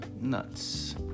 nuts